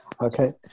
Okay